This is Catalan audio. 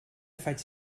faig